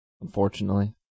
unfortunately